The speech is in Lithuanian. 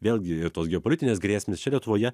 vėlgi tos geopolitinės grėsmės čia lietuvoje